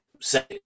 say